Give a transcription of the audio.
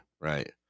right